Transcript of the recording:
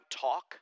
talk